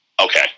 Okay